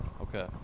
Okay